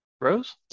Rose